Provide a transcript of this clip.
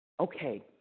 Okay